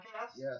Yes